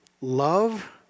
love